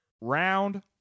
Round